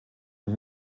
und